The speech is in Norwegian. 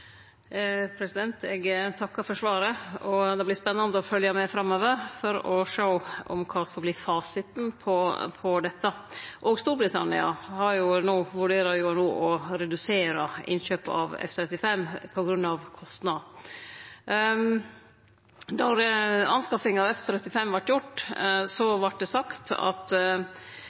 gang. Eg takkar for svaret. Det vert spennande å følgje med framover for å sjå kva som vert fasiten på dette. Storbritannia vurderer no å redusere innkjøpet av F-35 på grunn av kostnadene. Då anskaffinga av F-35 vart gjort, vart det sagt at